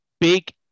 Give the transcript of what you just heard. big